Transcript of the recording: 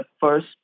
first